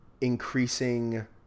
increasing